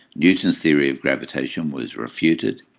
newton's theory of gravitation was refuted.